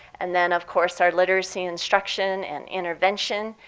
and then, of course, our literacy instruction and intervention,